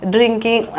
Drinking